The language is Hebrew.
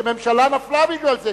שממשלה נפלה בגלל זה,